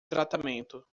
tratamento